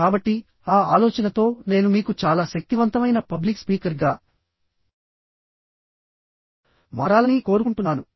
కాబట్టి ఆ ఆలోచనతో నేను మీకు చాలా శక్తివంతమైన పబ్లిక్ స్పీకర్గా మారాలని కోరుకుంటున్నాను